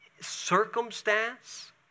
Circumstance